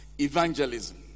evangelism